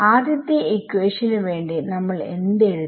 ആദ്യത്തെ ഇക്വേഷന് വേണ്ടി നമ്മൾ എന്ത് എഴുതും